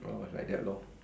it's like that loh